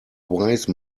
wise